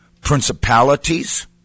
principalities